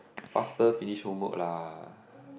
faster finish homework lah